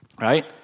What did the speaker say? Right